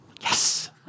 Yes